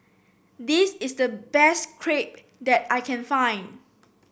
this is the best Crepe that I can find